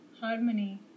harmony